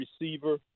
receiver